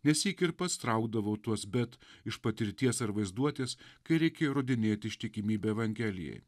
nesyk ir pats traukdavau tuos bet iš patirties ar vaizduotės kai reikėjo įrodinėti ištikimybę evangelijai